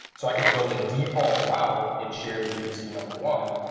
so i could build a default route in shared vpc number one.